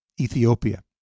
Ethiopia